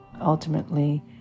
ultimately